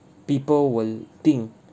people will think